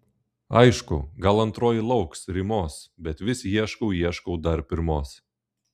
aišku gal antroji lauks rymos bet vis ieškau ieškau dar pirmos